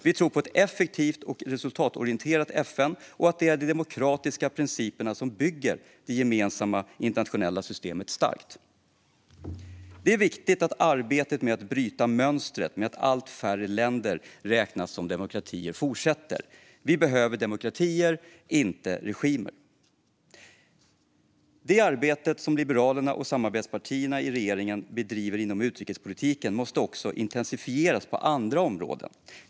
Vi tror på ett effektivt och resultatorienterat FN, och vi tror på att det är de demokratiska principerna som bygger det gemensamma internationella systemet starkt. Det är viktigt att arbetet med att bryta mönstret att allt färre länder räknas som demokratier fortsätter. Vi behöver demokratier, inte regimer. Det arbete som Liberalerna och samarbetspartierna i regeringen bedriver inom utrikespolitiken måste också intensifieras på andra områden.